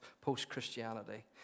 post-Christianity